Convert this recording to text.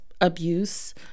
abuse